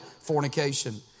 fornication